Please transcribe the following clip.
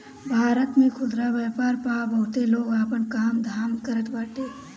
भारत में खुदरा व्यापार पअ बहुते लोग आपन काम धाम करत बाटे